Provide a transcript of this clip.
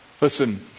Listen